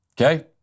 Okay